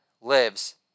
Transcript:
lives